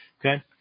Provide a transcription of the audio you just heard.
okay